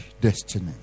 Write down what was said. destiny